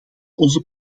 onze